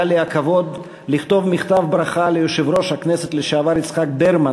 היה לי הכבוד לכתוב מכתב ברכה ליושב-ראש הכנסת לשעבר יצחק ברמן,